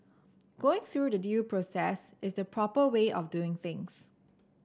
going through the due process is the proper way of doing things